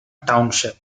township